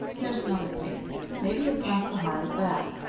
here's another cake maybe it's not so hard as that.